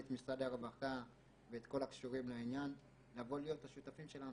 את משרד הרווחה ואת כל הקשורים לעניין לבוא להיות השותפים שלנו.